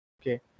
okay